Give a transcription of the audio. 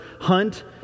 Hunt